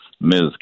Ms